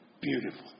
Beautiful